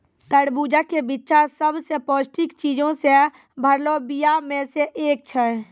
तरबूजा के बिच्चा सभ से पौष्टिक चीजो से भरलो बीया मे से एक छै